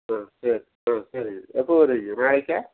ஆ சரி ஆ சரிங்க எப்போ வருவீங்க நாளைக்கா